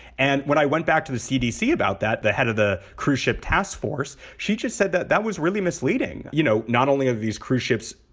and when i went back to the cdc about that, the head of the cruise ship task force, she just said that that was really misleading. you know, not only of these cruise ships,